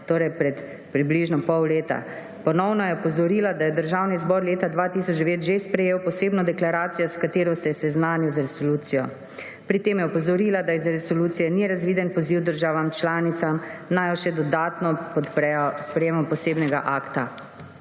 torej pred približno pol leta. Ponovno je opozorila, da je Državni zbor leta 2009 že sprejel posebno deklaracijo, s katero se je seznanil z resolucijo. Pri tem je opozorila, da iz resolucije ni razviden poziv državam članicam, naj jo še dodatno podprejo s sprejetjem posebnega akta.